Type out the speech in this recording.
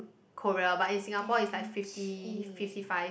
Korea but in Singapore is like fifty fifty five